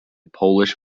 polish